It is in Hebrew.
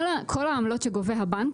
כל העמלות שגובה הבנק,